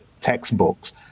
textbooks